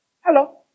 Hello